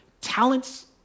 talents